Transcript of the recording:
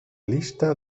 lista